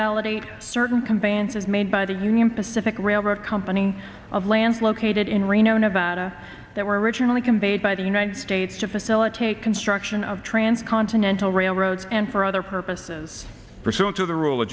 validate certain companions is made by the union pacific railroad company of lands located in reno nevada that were originally conveyed by the united states to facilitate construction of transcontinental railroads and for other purposes pursuant to the rule